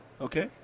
Okay